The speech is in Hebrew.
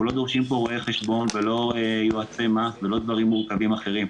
אנחנו לא דורשים פה רואי חשבון ולא יועצי מס ולא דברים מורכבים אחרים.